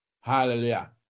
hallelujah